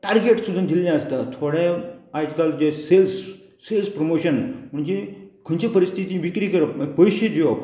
target सुद्दां दिल्ले आसतात थोडे आयज काल जे सेल्स सेल्स प्रोमोशन म्हणजे खंयची परिस्थिती विक्री करप मागीर पयशे दिवप